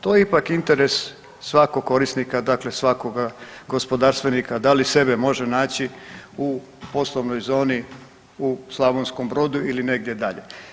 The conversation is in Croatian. Je ipak interes svakog korisnika dakle svakoga gospodarstvenika da li sebe može naći u poslovnoj zoni u Slavonskom Brodu ili negdje dalje.